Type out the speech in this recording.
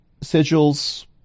sigils